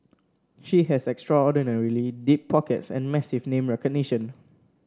she has extraordinarily deep pockets and massive name recognition